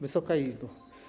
Wysoka Izbo!